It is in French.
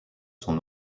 sont